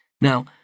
Now